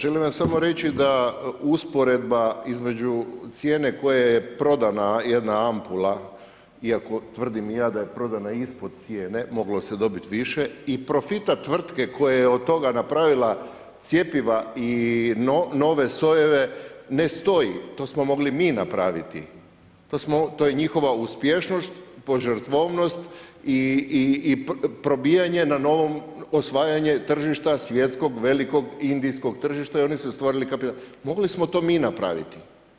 Želim vam samo reći da usporedba između cijene koja je prodana jedna ampula iako tvrdim i ja da je prodana ispod cijene, moglo se dobit više, i profita tvrtke koja je od toga napravila cjepiva i nove sojeve, ne stoji, to smo mogli mi napraviti, to je njihova uspješnost, požrtvovnost i probijanje na novom osvajanju tržišta svjetskog velikog indijskog tržišta i oni su stvorili kapital, mogli smo to mi napraviti.